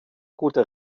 guter